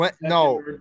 No